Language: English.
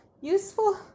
useful